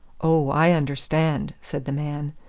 oh, i understand, said the man.